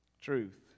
Truth